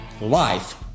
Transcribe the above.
life